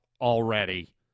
already